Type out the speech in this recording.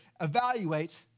evaluate